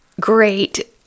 great